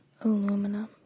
aluminum